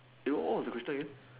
wait what was the question again